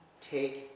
take